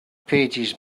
pages